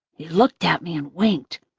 he looked at me and winked.